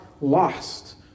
lost